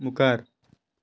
मुखार